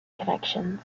connections